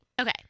Okay